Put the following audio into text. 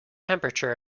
temperature